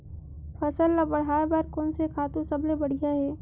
फसल ला बढ़ाए बर कोन से खातु सबले बढ़िया हे?